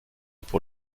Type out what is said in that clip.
pour